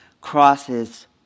crosses